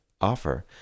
offer